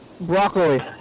broccoli